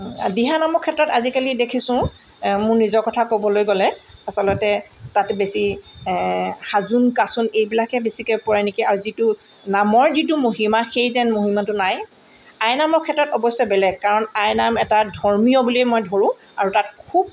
দিহানামৰ ক্ষেত্ৰত আজিকালি দেখিছোঁ মোৰ নিজৰ কথা ক'বলৈ গ'লে আচলতে তাত বেছি সাজোন কাচোন এইবিলাকহে বেছিকৈ পৰে নেকি আৰু যিটো নামৰ যিটো মহিমা সেই যেন মহিমাটো নাই আইনামৰ ক্ষেত্ৰত অৱশ্যে বেলেগ কাৰণ আইনাম এটা ধৰ্মীয় বুলিয়ে মই ধৰোঁ আৰু তাত খুব